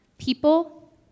People